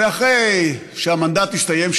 אחרי שהמנדט הסתיים,